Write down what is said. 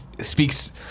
speaks